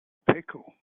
pickle